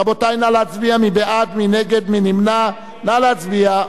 רבותי, נא להצביע.